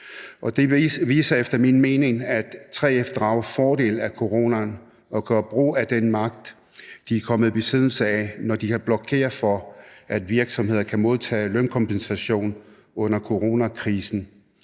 Det viser efter min mening, at 3F drager fordel af coronaen og gør brug af den magt, de er kommet i besiddelse af, når de kan blokere for, at virksomheder kan modtage lønkompensation under coronakrisen.